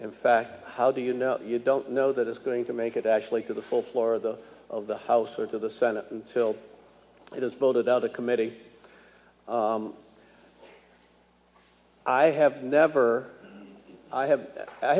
in fact how do you know you don't know that it's going to make it actually to the full floor of the of the house or to the senate until it is voted out of committee i have never i have i